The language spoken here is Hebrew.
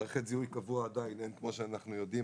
מערכת זיהוי קבוע עדיין אין, כמו שאנחנו יודעים.